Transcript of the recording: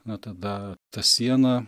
na tada ta siena